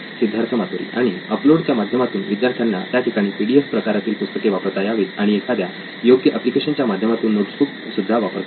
सिद्धार्थ मातुरी आणि अपलोड च्या माध्यमातून विद्यार्थ्यांना त्याठिकाणी पीडीएफ प्रकारातील पुस्तके वापरता यावीत आणि एखाद्या योग्य एप्लिकेशन च्या माध्यमातून नोटबुक्स सुद्धा वापरता यावे